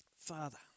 Father